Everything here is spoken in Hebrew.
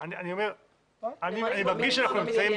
אני מרגיש שאנחנו נמצאים